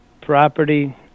property